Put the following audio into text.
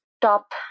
top